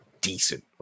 decent